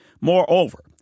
Moreover